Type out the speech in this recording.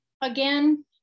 again